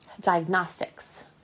diagnostics